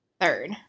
Third